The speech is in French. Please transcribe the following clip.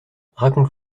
raconte